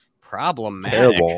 problematic